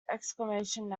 exclamation